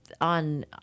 on